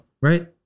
right